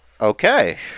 Okay